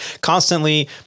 constantly